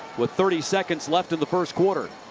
with thirty seconds left in the first quarter.